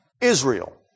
Israel